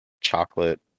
chocolate